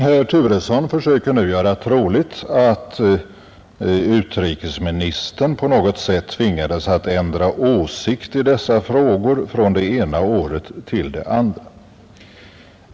Herr Turesson försöker nu göra troligt att utrikesministern på något sätt tvingats ändra åsikt i dessa frågor från det ena året till det andra.